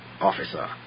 officer